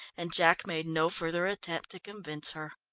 and jack made no further attempt to convince her.